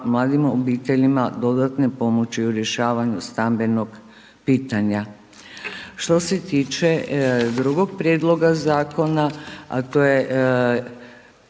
mladim obiteljima dodatno pomoći u rješavanju stambenog pitanja. Što se tiče drugog prijedloga zakona a to je